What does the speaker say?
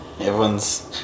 everyone's